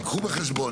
קחו בחשבון,